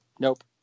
nope